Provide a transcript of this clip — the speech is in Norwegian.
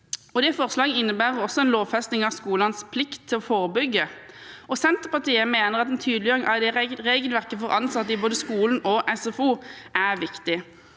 Det forslaget innebærer også en lovfesting av skolenes plikt til å forebygge. Senterpartiet mener at en tydeliggjøring av regelverket for ansatte, både i skolen og i SFO, er viktig.